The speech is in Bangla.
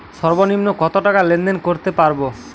সর্বনিম্ন কত টাকা লেনদেন করতে পারবো?